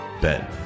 Ben